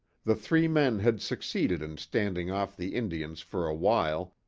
the three men had succeeded in standing off the indians for awhile,